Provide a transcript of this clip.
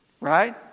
Right